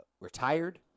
retired